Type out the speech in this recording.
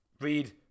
read